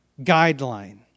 guideline